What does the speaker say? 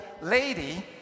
lady